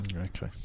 Okay